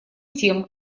тем